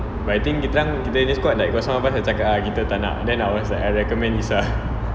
but I think kita orang kita punya squad like got some of us cakap ah kita tak nak then I was like I recommend this lah